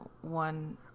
one